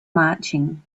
marching